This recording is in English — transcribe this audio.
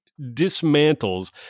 dismantles